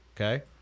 Okay